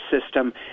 system